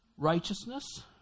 righteousness